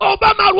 Obama